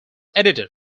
edited